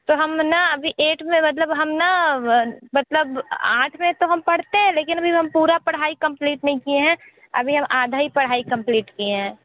तो हम न अभी एट्थ में मतलब हम न मतलब आठ में तो हम पढ़ते हैं लेकिन अभी हम पूरा अभी पढ़ाई कम्पलीट नहीं किये हैं अभी हम आधा ही पढ़ाई कम्पलीट किये हैं